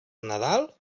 nadal